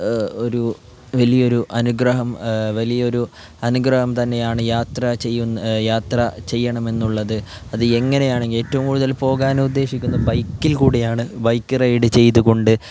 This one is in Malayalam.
ഒരു വലിയൊരു അനുഗ്രഹം വലിയൊരു അനുഗ്രഹം തന്നെയാണ് യാത്ര ചെയ്യുന്ന യാത്ര ചെയ്യണമെന്നുള്ളത് അത് എങ്ങനെയാണെങ്കിലും ഏറ്റവും കൂടുതൽ പോകാൻ ഉദ്ദേശിക്കുന്നത് ബൈക്കിൽ കൂടിയാണ് ബൈക്ക് റൈഡ് ചെയ്തുകൊണ്ട്